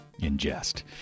ingest